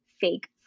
fake